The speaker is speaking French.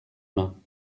mains